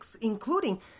including